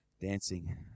dancing